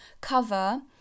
cover